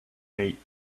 meet